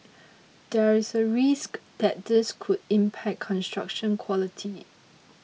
there is a risk that this could impact construction quality